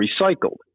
recycled